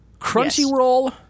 Crunchyroll